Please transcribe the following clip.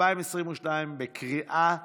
התשפ"ב 2022, בקריאה ראשונה,